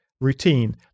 routine